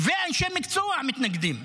ואנשי מקצוע מתנגדים.